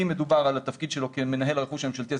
אם מדובר על התפקיד שלו כמנהל הרכוש הממשלתי,